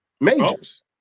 majors